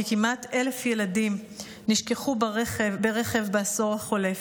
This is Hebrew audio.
כמעט 1,000 ילדים נשכחו ברכב בעשור החולף,